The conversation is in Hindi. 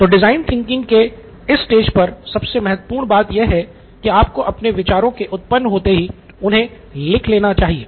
तो डिज़ाइन थिंकिंग के इस स्टेज पर सबसे महत्वपूर्ण बात यह है कि आपको अपने विचारों के उत्पन्न होते ही उन्हे लिख लेना चाहिए